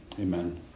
Amen